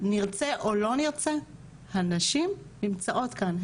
נרצה או לא נרצה, הנשים נמצאות כאן.